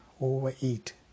overeat